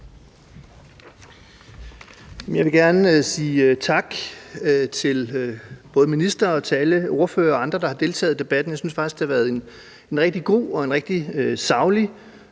Jeg vil gerne sige tak til både ministeren og alle ordførere og andre, der har deltaget i debatten. Jeg synes faktisk, det har været en rigtig god og en rigtig saglig